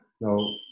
No